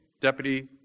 Deputy